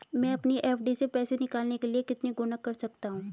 मैं अपनी एफ.डी से पैसे निकालने के लिए कितने गुणक कर सकता हूँ?